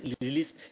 release